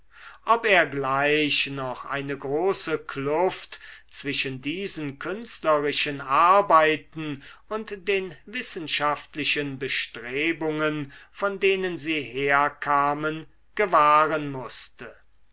ob er gleich noch eine große kluft zwischen diesen künstlerischen arbeiten und den wissenschaftlichen bestrebungen von denen sie herkamen gewahren mußte